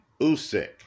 Usyk